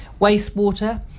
Wastewater